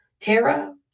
Tara